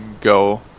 go